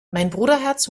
bruderherz